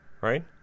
right